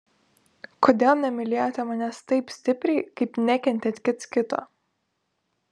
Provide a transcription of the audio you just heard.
kodėl nemylėjote manęs taip stipriai kaip nekentėt kits kito